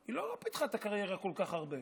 היא לא פיתחה את הקריירה כל כך הרבה.